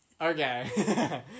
Okay